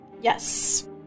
Yes